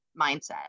mindset